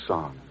Song